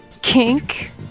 Kink